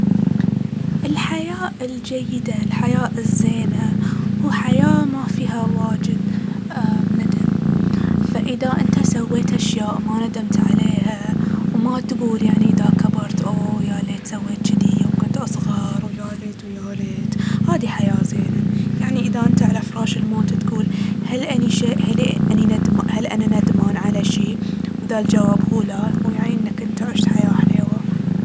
الحياة الجيدة، الحياة الزينة، هو حياة ما فيها واجد ندم. فإذا انت سويت أشياء ما ندمت عليها وما تقول يعني اذا كبرت "أوووة يا ليت سويت جذي يوم كنت أصغر" و ياليت ويا ليت، هاذي حياة زينة. يعني اذا انته على فراش الموت تقول "هل أني- هل أنا ندمان على شي؟" اذا الجواب هو لا يعني انك انته عشت حياة حليوة.